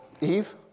Eve